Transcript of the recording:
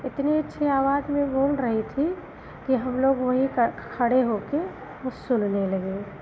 इतनी अच्छी आवाज में बोल रही थी कि हम लोग वहीं खड़े होकर वह सुनने लगे